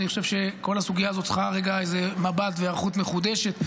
ואני חושב שכל הסוגיה הזאת צריכה רגע איזה מבט והיערכות מחודשים.